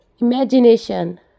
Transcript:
Imagination